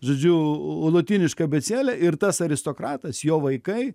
žodžiu lotyniška abėcėle ir tas aristokratas jo vaikai